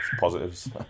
positives